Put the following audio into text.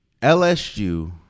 lsu